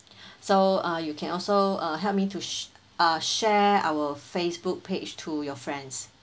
so uh you can also uh help me to uh share our Facebook page to your friends